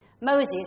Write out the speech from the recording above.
Moses